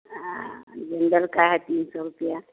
हाँ जनरल का है तीन सौ रुपये